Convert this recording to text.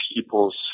people's